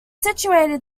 situated